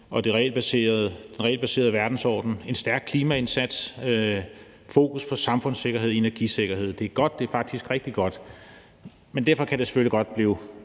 og den regelbaserede verdensorden, en stærk klimaindsats, fokus på samfundssikkerhed og energisikkerhed. Det er godt, det er faktisk rigtig godt, men derfor kan det selvfølgelig godt blive